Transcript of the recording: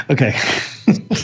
Okay